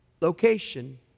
location